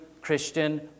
Christian